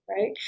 right